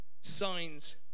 signs